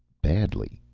badly,